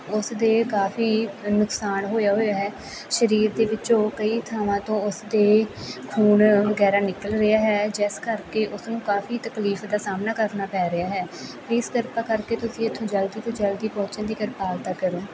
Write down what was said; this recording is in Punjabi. ਉਸ ਦੇ ਕਾਫ਼ੀ ਨੁਕਸਾਨ ਹੋਇਆ ਹੋਇਆ ਹੈ ਸਰੀਰ ਦੇ ਵਿੱਚੋਂ ਕਈ ਥਾਵਾਂ ਤੋਂ ਉਸਦੇ ਖੂਨ ਵਗੈਰਾ ਨਿਕਲ ਰਿਹਾ ਹੈ ਜਿਸ ਕਰਕੇ ਉਸਨੂੰ ਕਾਫ਼ੀ ਤਕਲੀਫ ਦਾ ਸਾਹਮਣਾ ਕਰਨਾ ਪੈ ਰਿਹਾ ਹੈ ਪਲੀਜ਼ ਕਿਰਪਾ ਕਰਕੇ ਤੁਸੀਂ ਇੱਥੋਂ ਜਲਦੀ ਤੋਂ ਜਲਦੀ ਪਹੁੰਚਣ ਦੀ ਕਿਰਪਾਲਤਾ ਕਰੋ